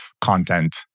content